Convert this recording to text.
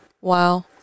Wow